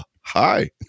hi